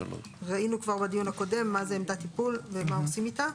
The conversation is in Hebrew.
ראינו כבר בדיון הקודם מה זה עמדת טיפול ומה עושים איתה.